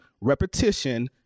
repetition